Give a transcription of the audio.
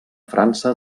frança